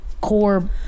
core